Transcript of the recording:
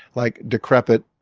like decrepit